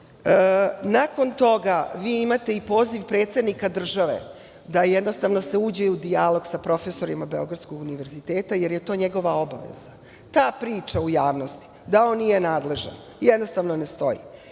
toga, vi imate i poziv predsednika države da se uđe u dijalog sa profesorima Beogradskog univerziteta, jer je to njegova obaveza. Ta priča u javnosti daf on nije nadležan jednostavno ne stoji.